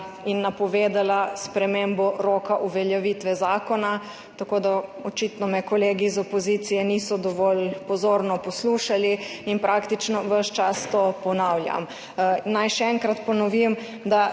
in napovedala spremembo roka uveljavitve zakona, tako da očitno me kolegi iz opozicije niso dovolj pozorno poslušali in praktično ves čas to ponavljam. Naj še enkrat ponovim, da